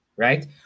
Right